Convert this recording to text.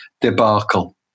debacle